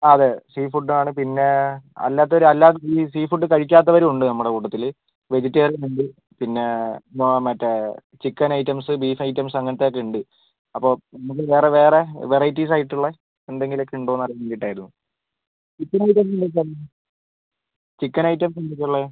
അതെ seafood ആണ് പിന്നെ അല്ലാത്തവർ അല്ലാതെ സീ ഫുഡ് കഴിക്കാത്തവരും ഉണ്ട് നമ്മുടെ കൂട്ടത്തിൽ വെജിറ്റേറിയൻ ഉണ്ട് പിന്നെ മറ്റേ ചിക്കൻ ഐറ്റംസ് ബീഫ് ഐറ്റംസ് അങ്ങനത്തെ ഒക്കെ ഉണ്ട് അപ്പോൾ നമുക്ക് വേറെ വേറെ വെറൈറ്റീസ് ആയിട്ടുള്ള എന്തെങ്കിലുമൊക്കെ ഉണ്ടോ എന്ന് അറിയാൻ വേണ്ടിയിട്ടായിരുന്നു ചിക്കൻ ഐറ്റംസ് എന്തൊക്കെയാണ് ഉള്ളത് ചിക്കൻ ഐറ്റംസ് എന്തൊക്കെയാണ് ഉള്ളത്